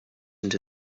into